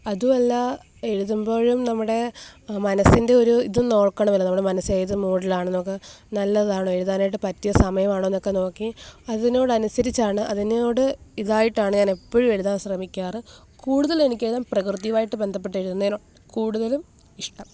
അതുമല്ലാ എഴുതുമ്പോഴും നമ്മുടെ മനസ്സിന്റെ ഒരു ഇതും നോക്കണമല്ലോ നമ്മുടെ മനസ്സ് ഏതു മൂഡിലാണെന്നൊക്കെ നല്ലതാണോ എഴുതാനായിട്ടു പറ്റിയ സമയമാണോ എന്നൊക്കെ നോക്കി അതിനോടനുസരിച്ചാണ് അതിനോട് ഇതായിട്ടാണ് ഞാനെപ്പോഴും എഴുതാൻ ശ്രമിക്കാറ് കൂടുതൽ എനിക്ക് എഴുതാൻ പ്രകൃതിയുമായിട്ടു ബന്ധപ്പെട്ട് എഴുതുന്നതിനോ കൂടുതലും ഇഷ്ടം